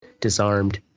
disarmed